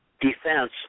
defense